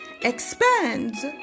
expands